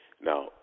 now